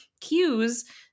cues